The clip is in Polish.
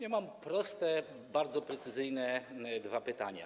Ja mam proste, bardzo precyzyjne dwa pytania.